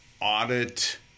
audit